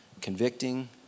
convicting